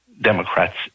Democrats